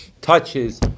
touches